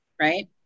Right